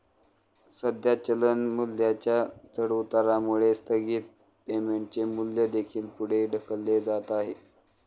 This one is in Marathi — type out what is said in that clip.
सध्या चलन मूल्याच्या चढउतारामुळे स्थगित पेमेंटचे मूल्य देखील पुढे ढकलले जात आहे